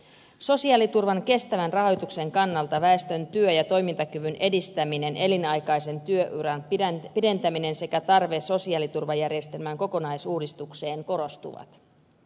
sosiaaliturvan kestävän rahoituksen kannalta väestön työ ja toimintakyvyn edistäminen elinaikaisen työuran pidentäminen sekä tarve sosiaaliturvajärjestelmän kokonaisuudistukseen korostuvat